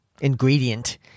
ingredient